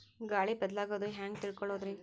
ಗಾಳಿ ಬದಲಾಗೊದು ಹ್ಯಾಂಗ್ ತಿಳ್ಕೋಳೊದ್ರೇ?